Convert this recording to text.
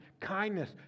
kindness